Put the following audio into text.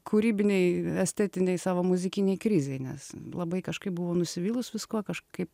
kūrybinėj estetinėj savo muzikinėj krizėj nes labai kažkaip buvau nusivylus viskuo kažkaip